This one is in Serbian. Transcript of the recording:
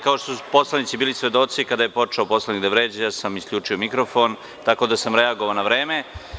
Kao što su poslanici bili svedoci, kada je poslanik počeo da vređa ja sam isključio mikrofon, tako da sam reagovao na vreme.